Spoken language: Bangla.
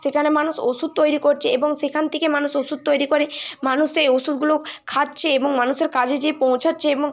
সেখানে মানুষ ওষুধ তৈরি করছে এবং সেখান থেকে মানুষ ওষুধ তৈরি করে মানুষ সেই ওষুধগুলোও খাচ্ছে এবং মানুষের কাজে যেয়ে পৌঁছচ্ছে এবং